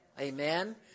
Amen